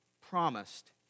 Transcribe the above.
promised